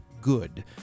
good